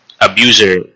abuser